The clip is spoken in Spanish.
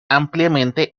ampliamente